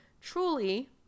truly